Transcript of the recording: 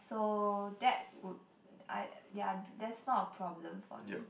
so that would I ya that's not a problem for me